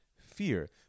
fear